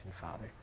Father